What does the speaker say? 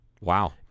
Wow